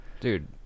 Dude